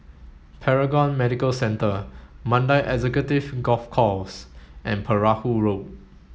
Paragon Medical Centre Mandai Executive Golf Course and Perahu Road